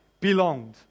belonged